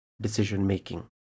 decision-making